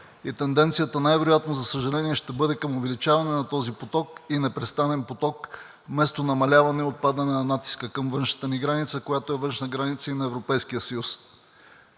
и тенденцията най-вероятно, за съжаление, ще бъде към увеличаване на този непрестанен поток, вместо намаляване и отпадане на натиска към външната ни граница, която е външна граница и на Европейския съюз.